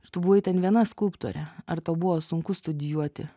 ir tu buvai ten viena skulptorė ar tau buvo sunku studijuoti